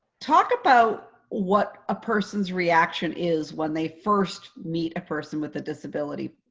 talk about what a person's reaction is when they first meet a person with a disability.